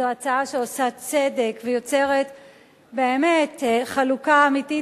זו הצעה שעושה צדק ויוצרת באמת חלוקה אמיתית